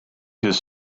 his